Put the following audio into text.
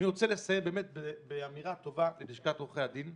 אני רוצה לסיים באמת באמירה טובה ללשכת עורכי הדין.